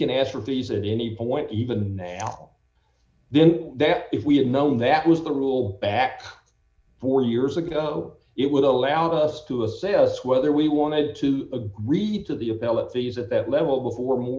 can ask for these at any point even then that if we had known that was the rule back four years ago it would allow us d to assess whether we wanted to read to the abilities at that level before m